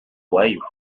voyous